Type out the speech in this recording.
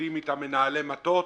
מתמודדים אתה, מנהלי מטות,